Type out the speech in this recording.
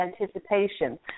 anticipation